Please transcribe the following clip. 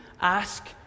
ask